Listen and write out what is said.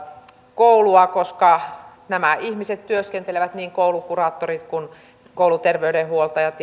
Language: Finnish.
koulua koska nämä ihmiset työskentelevät niin koulukuraattorit kuin koulutervey denhoitajat